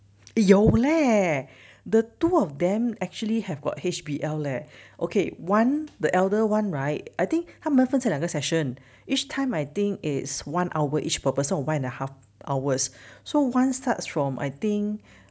有 leh the two of them actually have got H_B_L leh okay one the elder one right I think 他们分成两个 session each time I think it's one hour each per person or one and a half hours so one starts from I think